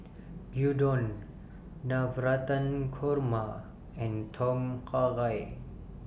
Gyudon Navratan Korma and Tom Kha Gai